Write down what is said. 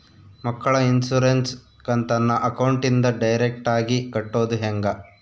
ಮಕ್ಕಳ ಇನ್ಸುರೆನ್ಸ್ ಕಂತನ್ನ ಅಕೌಂಟಿಂದ ಡೈರೆಕ್ಟಾಗಿ ಕಟ್ಟೋದು ಹೆಂಗ?